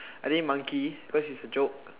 I think monkey because he's a joke